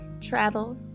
travel